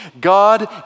God